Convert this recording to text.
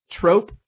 trope